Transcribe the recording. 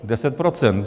Deset procent.